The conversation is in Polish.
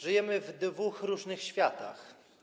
Żyjemy w dwóch różnych światach.